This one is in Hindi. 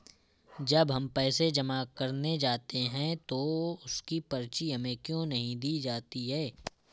जब हम पैसे जमा करने जाते हैं तो उसकी पर्ची हमें क्यो नहीं दी जाती है?